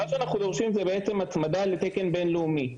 מה שאנחנו דורשים זה בעצם הצמדה לתקן בינלאומי,